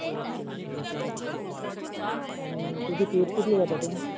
okay okay okay हरकत ना आनी तुजी फीस कितली घेता तूं